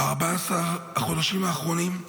ב-14 החודשים האחרונים,